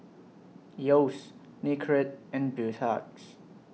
Yeo's Nicorette and Beautex